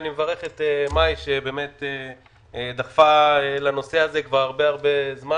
אני מברך את מאי שבאמת דחפה לנושא הזה כבר הרבה זמן,